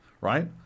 right